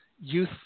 youth